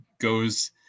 goes